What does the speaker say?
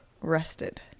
Rested